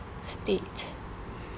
state